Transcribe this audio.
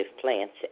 plants